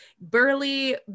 burly